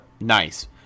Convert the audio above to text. Nice